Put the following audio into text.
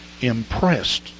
impressed